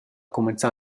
cumanzà